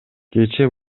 кечээ